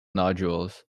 nodules